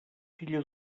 filla